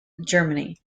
germany